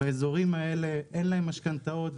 באזורים האלה אין להם משכנתאות,